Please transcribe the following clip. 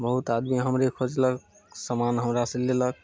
बहुत आदमी हमरे खोजलक सामान हमरासँ लेलक